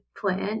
plant